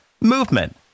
movement